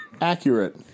accurate